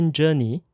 journey